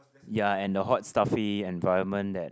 ya and the hot stuffy environment that